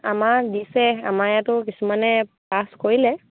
আমাৰ দিছে আমাৰ ইয়াতো কিছুমানে পাছ কৰিলে